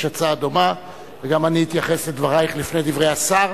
הצעה דומה וגם אני אתייחס לדברייך לפני דברי השר.